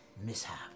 Mishap